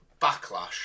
backlash